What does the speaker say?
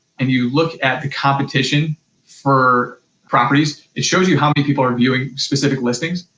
and you look at the competition for properties, it shows you how many people are viewing specific listings,